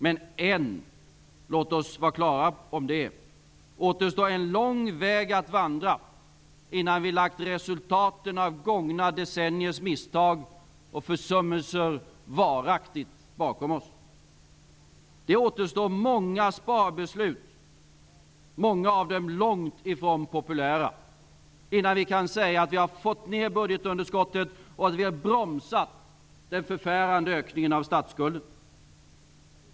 Men ännu -- låt oss vara klara över det -- återstår en lång väg att vandra, innan vi lagt resultaten av gångna decenniers misstag och försummelser varaktigt bakom oss. Det återstår många sparbeslut, många av dem långt ifrån populära, innan vi kan säga att vi har fått ned budgetunderskottet och bromsat den förfärande ökningen av statsskulden.